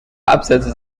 absätze